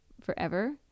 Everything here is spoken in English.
forever